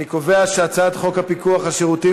אני קובע שהצעת חוק הפיקוח על שירותים